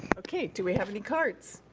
okay, do we have any cards?